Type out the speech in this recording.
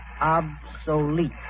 obsolete